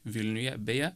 vilniuje beje